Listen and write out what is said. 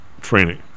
training